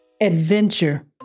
Adventure